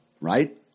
right